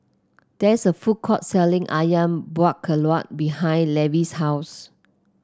there is a food court selling ayam Buah Keluak behind Levy's house